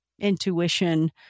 intuition